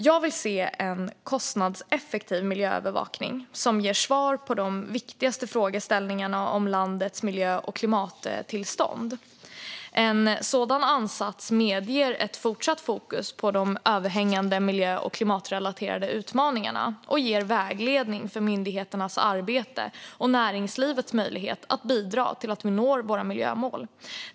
Jag vill se en kostnadseffektiv miljöövervakning som ger svar på de viktigaste frågeställningarna om landets miljö och klimattillstånd. En sådan ansats medger ett fortsatt fokus på de överhängande miljö och klimatrelaterade utmaningarna och ger vägledning för myndigheternas arbete och näringslivets möjlighet att bidra till att Sverige når miljömålen.